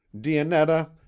dionetta